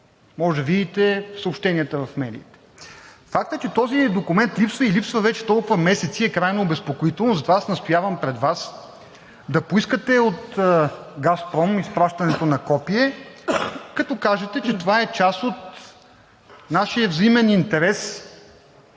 Можете да видите съобщенията в медиите. Фактът, че този документ липсва, и липсва вече толкова месеци, е крайно обезпокоителен. Затова аз настоявам пред Вас да поискате от „Газпром“ изпращането на копие, като кажете, че това е част от нашия взаимен интерес